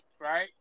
right